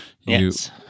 Yes